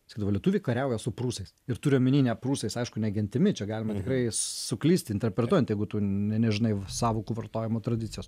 sakydavo lietuviai kariauja su prūsais ir turiu omeny ne prūsais aišku ne gentimi čia galima tikrai suklyst interpretuojant jeigu tu ne nežinai sąvokų vartojimo tradicijos